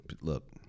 Look